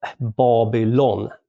Babylon